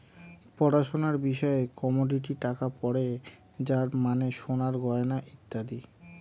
পড়াশোনার বিষয়ে কমোডিটি টাকা পড়ে যার মানে সোনার গয়না ইত্যাদি